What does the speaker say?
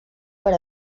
per